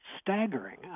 staggering